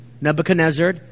Nebuchadnezzar